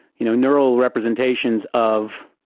you know, neural representations of